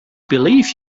believe